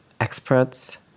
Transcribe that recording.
experts